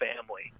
family